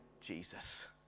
Jesus